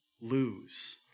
lose